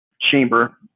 chamber